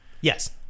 Yes